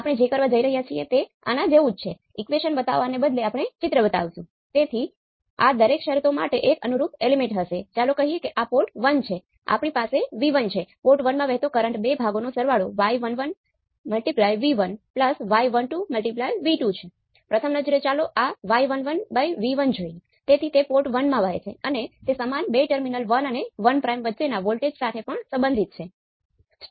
આપણે જે સર્કિટને મેળવી હતી તે આ હતી જ્યાં આપણે V0k મેળવવા માટે રેઝિસ્ટર મજબૂત રીતે ચાલે અને તે Vi અને V0k વચ્ચેનો તફાવત છે